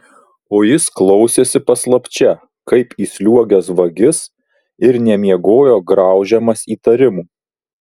o jis klausėsi paslapčia kaip įsliuogęs vagis ir nemiegojo graužiamas įtarimų